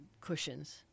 cushions